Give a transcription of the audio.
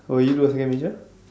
will you do a second major